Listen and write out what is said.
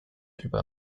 über